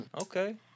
Okay